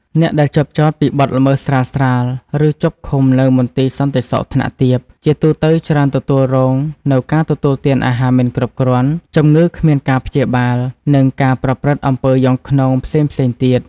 អ្នកដែលជាប់ចោទពីបទល្មើសស្រាលៗ ឬជាប់ឃុំនៅមន្ទីរសន្តិសុខថ្នាក់ទាប ជាទូទៅច្រើនទទួលរងនូវការទទួលទាន អាហារមិនគ្រប់គ្រាន់ ជំងឺគ្មានការព្យាបាល និងការប្រព្រឹត្តអំពើយង់ឃ្នងផ្សេងៗ ទៀត ។